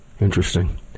Interesting